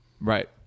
Right